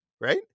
right